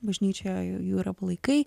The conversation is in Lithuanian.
bažnyčioje jų yra palaikai